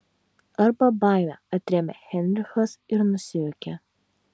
arba baimė atrėmė heinrichas ir nusijuokė